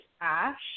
Ash